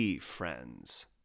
friends